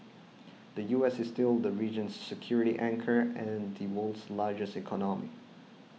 the U S is still the region's security anchor and the world's largest economy